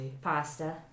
pasta